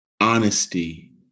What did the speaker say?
honesty